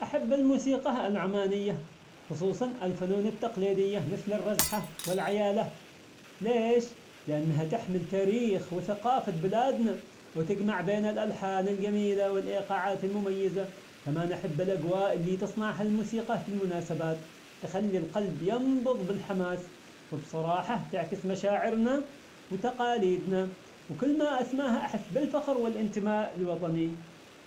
أحب الموسيقى النعمانية خصوصا الفنون التقليدية مثل الرزحة والعيالة، ليش؟ لأنها تحمل تاريخ وثقافة بلادنا وتجمع بين الألحان الجميلة والإيقاعات المميزة، كما نحب الأجواء اللي تصنعها الموسيقى في المناسبات تخلي ينبض بالحماس وبصراحة تعكس مشاعرنا وتقاليدنا وكل ما أسمعها أحس بالفخر والإنتماء لوطني.